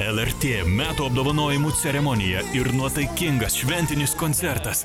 lrt metų apdovanojimų ceremonija ir nuotaikingas šventinis koncertas